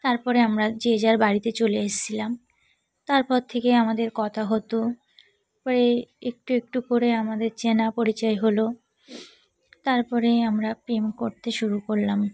তার পরে আমরা যে যার বাড়িতে চলে এসেছিলাম তারপর থেকে আমাদের কথা হতো পরে একটু একটু করে আমাদের চেনা পরিচয় হলো তার পরে আমরা প্রেম করতে শুরু করলাম